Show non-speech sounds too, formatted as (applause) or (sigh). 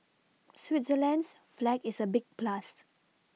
Switzerland's flag is a big plus (unintelligible)